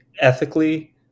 ethically